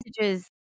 messages